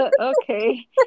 okay